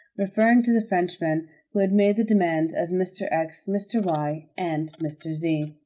referring to the frenchmen who had made the demands as mr. x, mr. y, and mr. z.